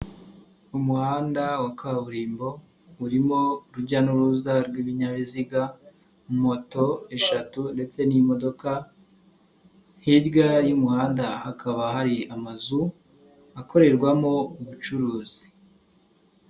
Umuhanda wa kaburimbo urimo urujya n'uruza rw'ibinyabiziga moto eshatu ndetse n'imodoka, hirya y'umuhanda hakaba hari amazu akorerwamo ubucuruzi.